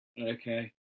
Okay